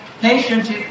patient